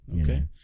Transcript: Okay